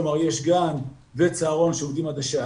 כלומר יש גן וצהרון שעובדים עד השעה